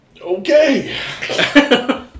Okay